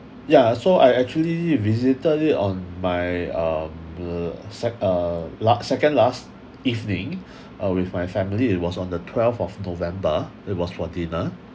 yeah so I actually visited it on my uh the sec uh last second last evening uh with my family it was on the twelve of november it was for dinner